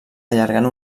allargant